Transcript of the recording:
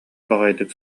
баҕайытык